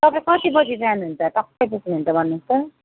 तपाईँ कति बजी जानुहुन्छ टक्कै त्यसो भने भन्नुहोस् त